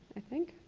i think.